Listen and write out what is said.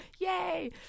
yay